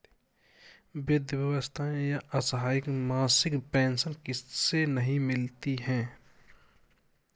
वृद्धावस्था या असहाय मासिक पेंशन किसे नहीं मिलती है?